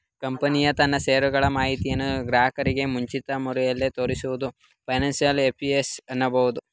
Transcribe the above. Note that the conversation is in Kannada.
ಕಂಪನಿ ತನ್ನ ಶೇರ್ ಗಳು ಮಾಹಿತಿಯನ್ನು ಗ್ರಾಹಕರಿಗೆ ಮುಚ್ಚುಮರೆಯಿಲ್ಲದೆ ತೋರಿಸುವುದನ್ನು ಫೈನಾನ್ಸಿಯಲ್ ಎಫಿಷಿಯನ್ಸಿ ಅನ್ನಬಹುದು